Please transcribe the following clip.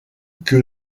que